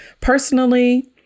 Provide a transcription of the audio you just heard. Personally